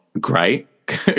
great